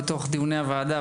בתוך דיוני הוועדה,